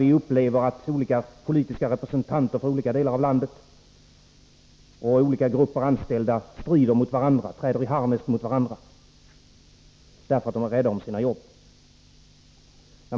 Vi upplever det som att representanter för skilda grupper av anställda i olika delar av landet strider mot varandra — står i harnesk mot varandra — därför att de är rädda om jobben.